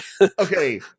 okay